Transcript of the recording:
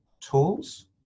tools